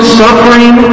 suffering